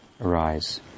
arise